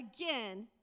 again